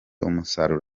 umusaruro